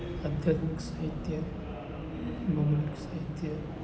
અધ્યગ સાહિત્ય રોમનીક સાહિત્ય